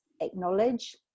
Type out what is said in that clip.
Acknowledge